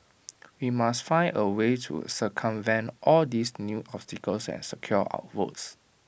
we must find A way to circumvent all these new obstacles and secure our votes